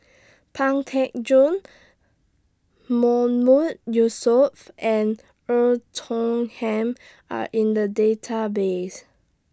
Pang Teck Joon mood Yusof and Tong Ham Are in The Database